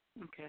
Okay